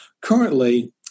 currently